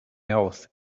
else